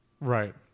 Right